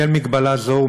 בשל הגבלה זו,